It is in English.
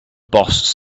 boss